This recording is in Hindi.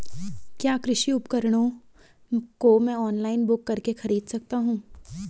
क्या कृषि उपकरणों को मैं ऑनलाइन बुक करके खरीद सकता हूँ?